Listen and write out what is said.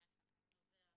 נובע מ-7.